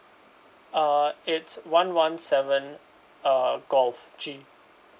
uh it's one one seven uh golf G